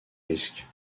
risque